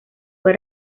fue